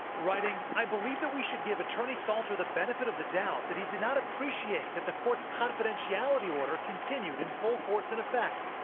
writing, i believe that we should give attorney saulter the benefit of the doubt that he did not appreciate that the court's confidentialit order continued in full force and effect.